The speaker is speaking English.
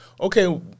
okay